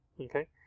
okay